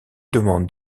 demande